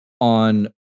on